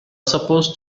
supposed